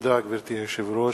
גברתי היושבת-ראש,